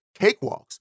cakewalks